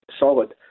solid